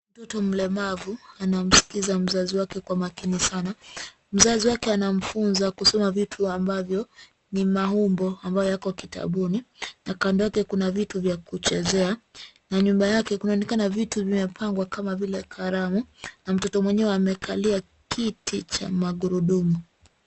Mtoto mlemavu, anamsikiza mzazi wake kwa makini sana, mzazi wake anamfunza kusoma vitu ambavyo ni maumbo ambayo yako kitabuni, na kando yake, kuna vitu vya kuchezea, na nyuma yake kunaonekana vitu vimepangwa kama vile kalamu, na mtoto mwenyewe amekalia kiti cha magurudumu.